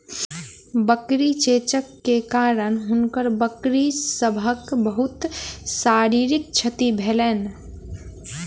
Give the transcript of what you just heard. बकरी चेचक के कारण हुनकर बकरी सभक बहुत शारीरिक क्षति भेलैन